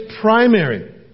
primary